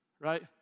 right